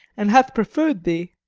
and hath preferr'd thee,